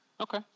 Okay